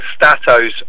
statos